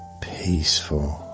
peaceful